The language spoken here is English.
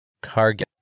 cargo